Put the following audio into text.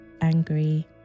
angry